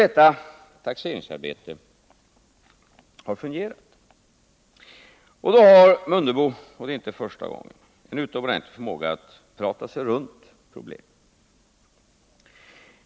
Herr Mundebo har nu — och det är inte första gången — demonstrerat en utomordentlig förmåga att prata sig runt problemen.